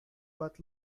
but